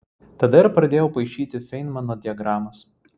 tada ir pradėjau paišyti feinmano diagramas